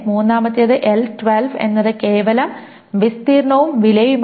മൂന്നാമത്തേത് L12 എന്നത് കേവലം വിസ്തീർണ്ണവും വിലയുമാണ്